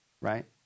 Right